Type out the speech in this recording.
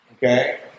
Okay